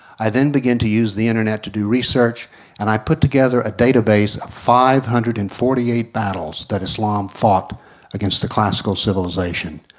i then begin to use the internet to do research and i put together a database five hundred and forty eight battles that islam fought against the classical civilization.